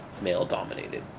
male-dominated